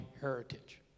heritage